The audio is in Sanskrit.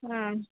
हा